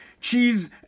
Cheese